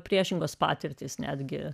priešingos patirtys netgi